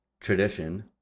tradition